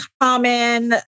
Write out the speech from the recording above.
common